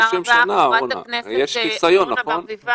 עוד 30 שנה, אורנה, הרי יש חיסיון, נכון?